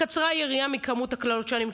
קצרה היריעה מכמות הקללות שאני מקבלת.